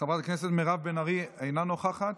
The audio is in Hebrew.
חברת הכנסת מירב בן ארי, אינה נוכחת.